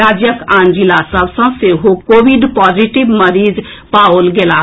राज्यक आन जिला सभ सँ सेहो कोविड पॉजिटिव मरीज पाओल गेलाह